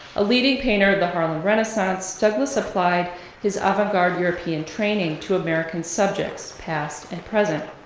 a leading painter of the harlem renaissance, douglas applied his avant-garde european training to american subjects, past an present.